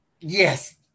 Yes